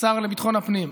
השר לביטחון הפנים,